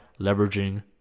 leveraging